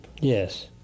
Yes